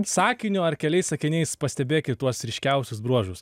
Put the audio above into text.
sakiniu ar keliais sakiniais pastebėkit tuos ryškiausius bruožus